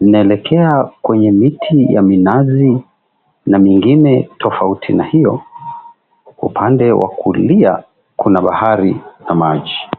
zinaelekea kwenye miti ya minazi na mingine tofauti na hio. Upande wa kulia kuna bahari ya maji.